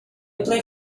play